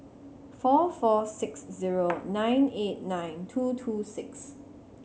four four six zero nine eight nine two two six